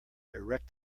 erect